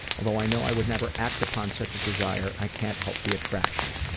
although i know i would never act upon such a desire, i can't help the attraction.